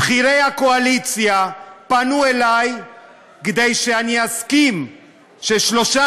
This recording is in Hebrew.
בכירי הקואליציה פנו אלי כדי שאני אסכים ששלושה